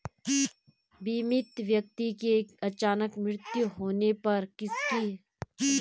बीमित व्यक्ति के अचानक मृत्यु होने पर उसकी कितनी किश्तों में बीमा धनराशि मिल सकती है?